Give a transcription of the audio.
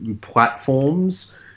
platforms